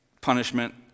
Punishment